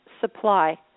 supply